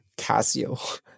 Casio